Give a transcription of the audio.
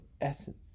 essence